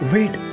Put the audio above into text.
Wait